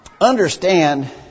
Understand